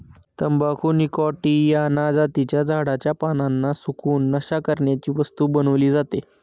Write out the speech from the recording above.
तंबाखू निकॉटीयाना जातीच्या झाडाच्या पानांना सुकवून, नशा करण्याची वस्तू बनवली जाते